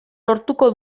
lortuko